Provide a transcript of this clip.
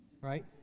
right